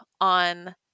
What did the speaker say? on